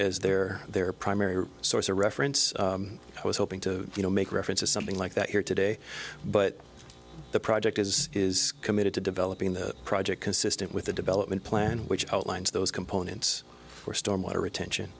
as their their primary source a reference i was hoping to you know make reference to something like that here today but the project is is committed to developing that project consistent with the development plan which outlines those components for storm water retention